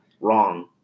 Wrong